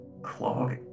Clog